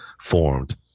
formed